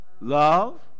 love